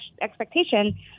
expectation